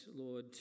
Lord